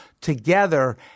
together